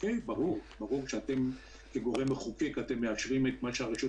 ברור שאתם כגורם מחוקק מאשרים את מה שהרשות